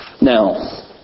Now